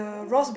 oh